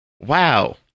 wow